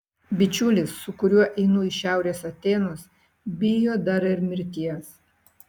bičiulis su kuriuo einu į šiaurės atėnus bijo dar ir mirties